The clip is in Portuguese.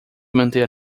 manter